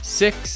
six